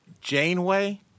Janeway